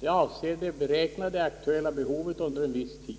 Detta avser det beräknade aktuella behovet för viss tid.